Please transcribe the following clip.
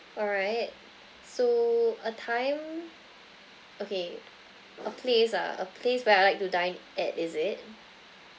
all right so a time okay a place ah a place where I'd like to dine at is it